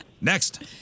Next